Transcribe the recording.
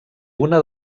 una